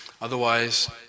otherwise